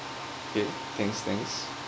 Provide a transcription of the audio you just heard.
K thanks thanks